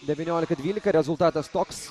devyniolika dvylika rezultatas toks